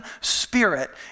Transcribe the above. spirit